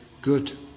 good